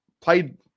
played